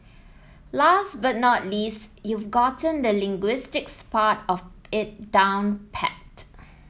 last but not least you've gotten the linguistics part of it down pat